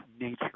nature